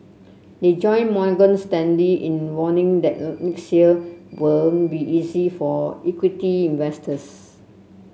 they join Morgan Stanley in warning that next year won't be easy for equity investors